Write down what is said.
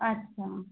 আচ্ছা